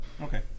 Okay